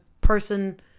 person